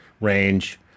range